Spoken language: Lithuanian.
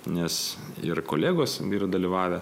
nes ir kolegos yra dalyvavę